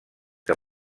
que